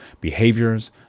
behaviors